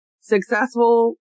successful